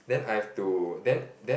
then I have to then then